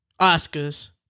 Oscars